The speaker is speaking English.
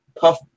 puff